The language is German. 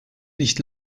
nicht